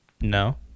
No